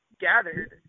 gathered